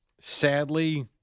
Sadly